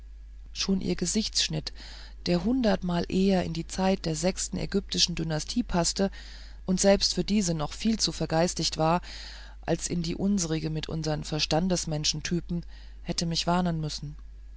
schon ihr gesichtsschnitt der hundertmal eher in die zeit der sechsten ägyptischen dynastie paßte und selbst für diese noch viel zu vergeistigt war als in die unsrige mit ihren verstandesmenschentypen hätte mich warnen müssen